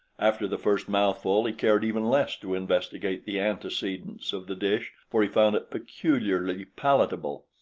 after the first mouthful he cared even less to investigate the antecedents of the dish, for he found it peculiarly palatable.